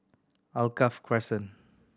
Alkaff Crescent